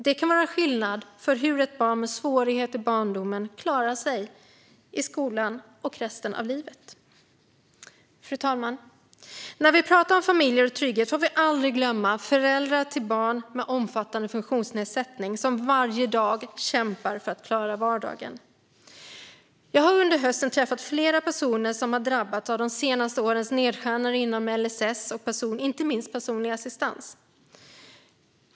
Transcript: Det kan göra skillnad för hur ett barn med svårigheter i barndomen klarar sig i skolan och resten av livet. Fru talman! När vi pratar om familjer och trygghet får vi aldrig glömma föräldrar till barn med omfattande funktionsnedsättning som varje dag kämpar för att klara vardagen. Jag har under hösten träffat flera personer som drabbats av de senaste årens nedskärningar inom LSS och inte minst personlig assistans.